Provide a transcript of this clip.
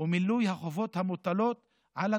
ומילוי החובות המוטלות על התושבים.